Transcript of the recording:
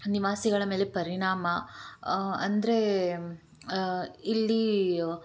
ನಿವಾಸಿಗಳ ಮೇಲೆ ಪರಿಣಾಮ ಅಂದರೆ ಇಲ್ಲಿ